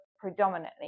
predominantly